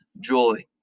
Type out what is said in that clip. joy